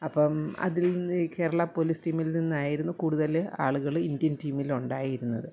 അപ്പം അതിൽ നിന്ന് കേരള പോലീസ് ടീമിൽ നിന്നായിരുന്നു കൂടുതൽ ആളുകൾ ഇന്ത്യൻ ടീമിൽ ഉണ്ടായിരുന്നത്